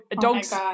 dog's